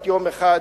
בת יום אחד,